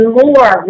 more